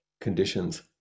conditions